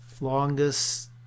longest